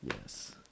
Yes